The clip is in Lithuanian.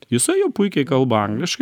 jisai jau puikiai kalba angliškai